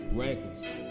reckless